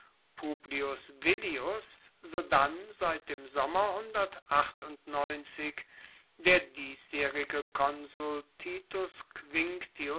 publius villius sodann seit dem sommer der diesjaehrige konsul titus